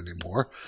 anymore